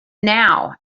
now